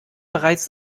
bereits